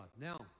Now